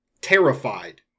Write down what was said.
terrified